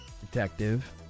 detective